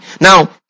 Now